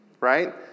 right